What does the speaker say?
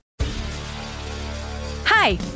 Hi